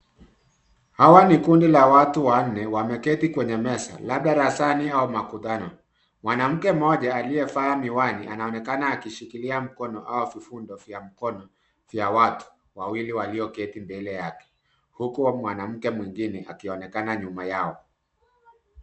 Hawa ni kundi la watu wanne, wameketi kwenye meza labda darasani au makutano. Mwanamke mmoja aliyevaa miwani anaonekana akishikilia mkono au vifundo vya mkono vya watu wawili walioketi mbele yake, huku mwanamke mwingine akionekana nyuma yao.